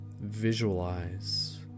visualize